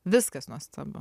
viskas nuostabu